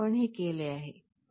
येथे आपण हे केले आहे